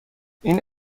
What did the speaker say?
این